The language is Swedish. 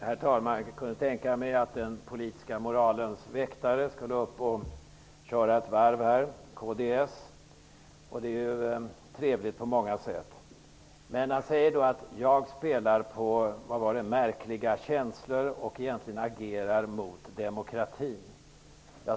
Herr talman! Jag kunde tänka mig att den politiska moralens väktare, kds, skulle köra ett varv här. Det är ju trevligt på många sätt. Ingvar Svensson sade att jag spelar på märkliga känslor och egentligen agerar mot demokratin.